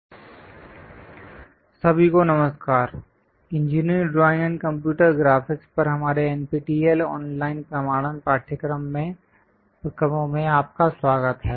conic sections - III सभी को नमस्कार engineering drawing and computer graphics पर हमारे एनपीटीईएल ऑनलाइन प्रमाणन पाठ्यक्रमों में आपका स्वागत है